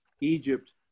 Egypt